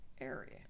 area